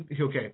okay